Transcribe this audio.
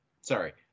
sorry